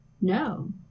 No